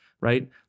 right